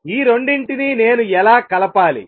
ఈ రెండింటినీ నేను ఎలా కలపాలి